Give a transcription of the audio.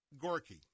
Gorky